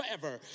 forever